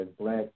black